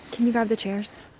can you grab the chairs?